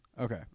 okay